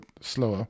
slower